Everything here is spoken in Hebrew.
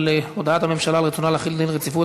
הולכים להצבעה על הודעת הממשלה על רצונה להחיל דין רציפות